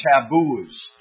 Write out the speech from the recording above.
taboos